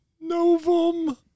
Novum